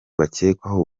bakekwaho